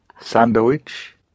sandwich